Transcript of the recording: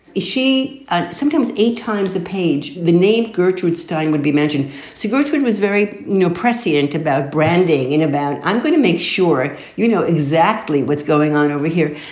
she ah sometimes eight times a page. the name gertrude stein would be mentioned. so gertrude was very prescient about branding in about. i'm going to make sure you know exactly what's going on over here.